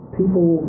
people